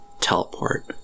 teleport